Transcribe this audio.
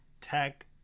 tech